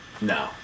no